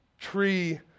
tree